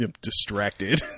distracted